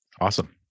Awesome